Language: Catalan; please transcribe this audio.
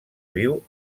viu